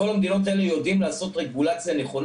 בכל המדינות האלה יודעים לעשות רגולציה נכונה